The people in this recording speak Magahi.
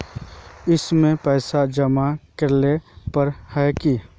इसमें पैसा जमा करेला पर है की?